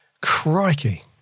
crikey